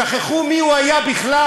שכחו מי הוא היה בכלל,